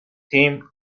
team